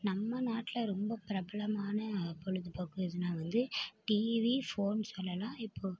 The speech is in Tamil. நம்ம நாட்டில் ரொம்ப பிரபலமான பொழுதுபோக்கு எதுன்னா வந்து டிவி ஃபோன்ஸ்லலலாம் இப்போ